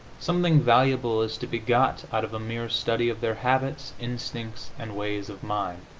something valuable is to be got out of a mere study of their habits, instincts and ways of mind